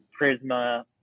Prisma